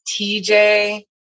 TJ